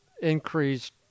Increased